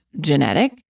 genetic